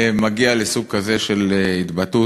מגיע לסוג כזה של התבטאות.